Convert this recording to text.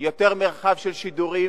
יותר מרחב של שידורים,